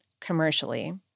commercially